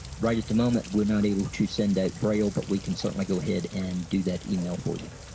right at the moment we're not able to send out braille but we can certainly go ahead and do that email for you.